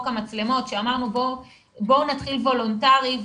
המצלמות שאמרנו: בואו נתחיל וולונטרי,